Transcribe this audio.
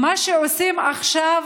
מה שעושים עכשיו,